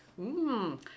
Mmm